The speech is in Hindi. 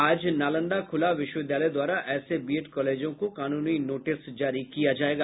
आज नालंदा खुला विश्वविद्यालय द्वारा ऐसे बीएड कॉलेजों को कानूनी नोटिस जारी किया जायेगा